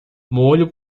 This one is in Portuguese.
molho